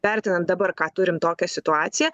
vertinant dabar ką turim tokią situaciją